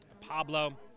Pablo